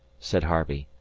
said harvey.